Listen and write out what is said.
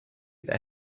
their